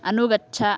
अनुगच्छ